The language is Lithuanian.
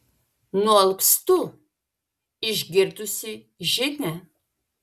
nualpstu išgirdusi žinią